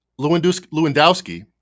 Lewandowski